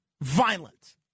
violent